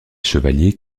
chevaliers